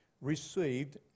received